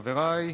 חבריי,